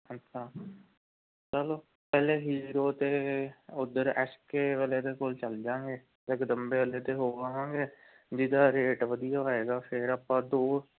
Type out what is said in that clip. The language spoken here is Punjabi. ਅੱਛਾ ਚਲੋ ਪਹਿਲੇ ਹੀਰੋ ਅਤੇ ਓਧਰ ਐੱਸ ਕੇ ਵਾਲੇ ਦੇ ਕੋਲ ਚੱਲ ਜਾਵਾਂਗੇ ਜਗਦੰਬੇ ਵਾਲੇ ਦੇ ਹੋ ਆਵਾਂਗੇ ਜਿਹਦਾ ਰੇਟ ਵਧੀਆ ਹੋਵੇਗਾ ਫਿਰ ਆਪਾਂ ਦੂਰ